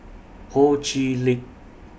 Ho Chee Lick